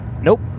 nope